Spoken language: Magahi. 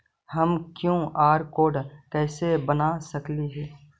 हम कियु.आर कोड कैसे बना सकली ही?